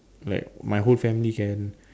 like my whole family can